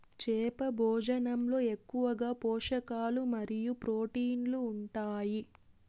చేప భోజనంలో ఎక్కువగా పోషకాలు మరియు ప్రోటీన్లు ఉంటాయి